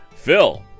Phil